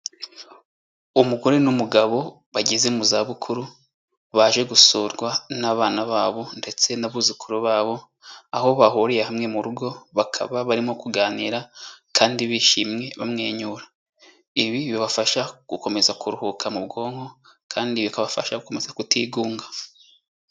Umugore n'umugabo bageze mu zabukuru, baje gusurwa n'abana babo ndetse n'abuzukuru babo, aho bahuriye hamwe mu rugo bakaba barimo kuganira kandi bishimye bamwenyura. Ibi bibafasha gukomeza kuruhuka mu bwonko kandi bikabafasha gukomeza kutigunga.